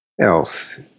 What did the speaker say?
else